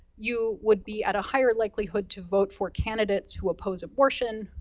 you would be at a higher likelihood to vote for candidates who oppose abortion,